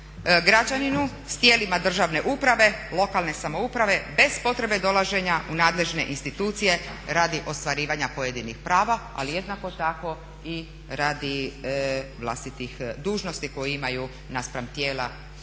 građaninu s tijelima državne uprave, lokalne samouprave bez potrebe dolaženja u nadležne institucije radi ostvarivanje pojedinih prava, ali jednako tako i radi vlastitih dužnosti koje imaju naspram tijela javne